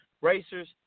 racers